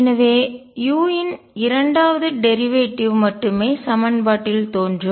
எனவே u இன் இரண்டாவது டேரிவேட்டிவ் வழித்தோன்றல் மட்டுமே சமன்பாட்டில் தோன்றும்